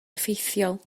effeithiol